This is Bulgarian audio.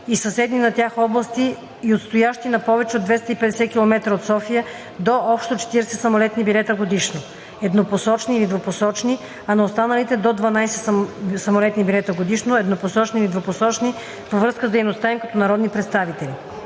и съседни на тях области и отстоящи на повече от 250 километра от София, до общо 40 самолетни билета годишно – еднопосочни или двупосочни, а на останалите – до общо 12 самолетни билета годишно – еднопосочни или двупосочни, във връзка с дейността им като народни представители.